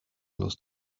los